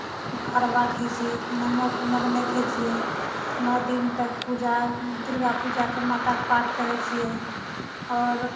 अरबा खाइत छी नमक वमक नहि खाइत छियै नओ दिन तक पूजा दुर्गा पूजाके माताके पाठ करैत छियै आओर